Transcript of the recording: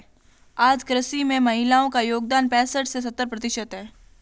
आज कृषि में महिलाओ का योगदान पैसठ से सत्तर प्रतिशत है